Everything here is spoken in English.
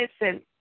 Listen